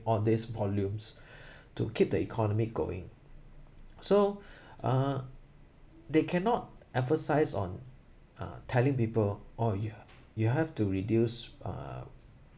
on this volumes to keep the economy going so uh they cannot emphasize on uh telling people or you you have to reduce uh